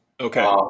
Okay